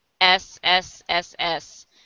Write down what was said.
S-S-S-S